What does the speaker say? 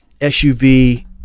SUV